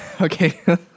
okay